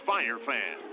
FireFan